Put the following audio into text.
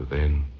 in